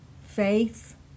faith